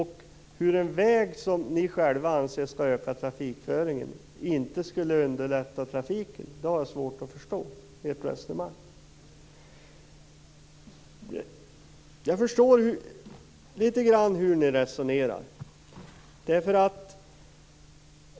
Hur en väg som ni själva anser skulle öka trafikföringen inte skulle underlätta trafiken, har jag svårt att förstå. Jag förstår litet grand hur ni resonerar.